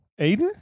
Aiden